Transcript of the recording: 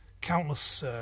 countless